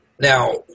Now